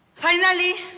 finally,